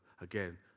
again